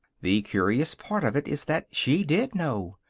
the curious part of it is that she did know.